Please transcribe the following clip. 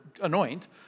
anoint